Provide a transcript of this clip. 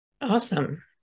Awesome